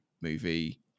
movie